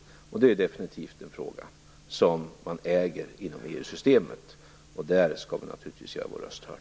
Det är definitivt en fråga som man äger inom EU-systemet. Där skall vi naturligtvis göra vår röst hörd.